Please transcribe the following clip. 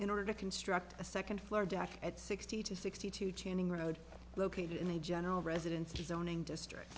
in order to construct a second floor back at sixty to sixty two chaining road located in the general residences zoning district